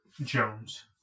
Jones